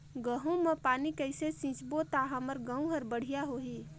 गहूं म पानी कइसे सिंचबो ता हमर गहूं हर बढ़िया होही?